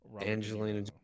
Angelina